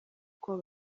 uko